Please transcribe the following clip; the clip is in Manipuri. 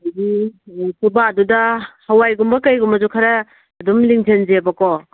ꯑꯗꯒꯤ ꯆꯨꯕꯥꯗꯨꯗ ꯍꯋꯥꯏꯒꯨꯝꯕ ꯀꯩꯒꯨꯝꯕꯁꯨ ꯈꯔ ꯑꯗꯨꯝ ꯂꯤꯡꯖꯟꯁꯦꯕꯀꯣ